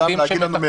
סתם להגיד לנו,